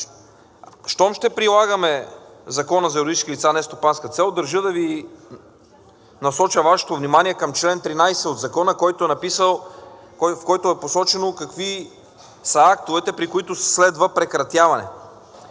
Щом ще прилагаме Закона за юридическите лица на нестопанска цел, държа да насоча Вашето внимание към чл. 13 от Закона, в който е посочено какви са актовете, при които следва прекратяване.